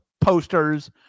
posters